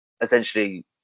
essentially